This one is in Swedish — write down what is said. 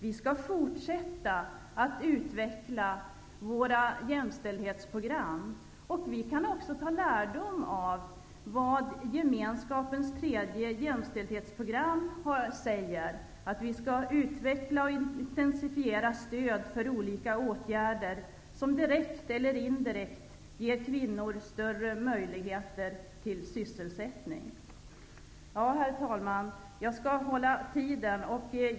Vi skall fortsätta att utveckla våra jämställdhetsprogram. Vi kan dra lärdom av vad gemenskapens tredje jämställdhetsprogram säger: Vi skall utveckla och intensifiera stöd för olika åtgärder som direkt eller indirekt ger kvinnor större möjligheter till sysselsättning. Jag skall hålla tiden, herr talman.